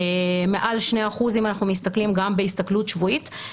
מעל 2% אם אנחנו מסתכלים גם בהסתכלות שבועית.